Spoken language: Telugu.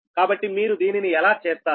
కాబట్టి మీరు దీనిని ఎలా చేస్తారు